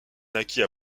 naquit